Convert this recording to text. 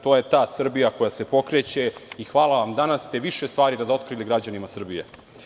To je ta Srbija koja se pokreće i hvala vam, danas ste više stvari razotkrili građanima Srbije.